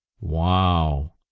Wow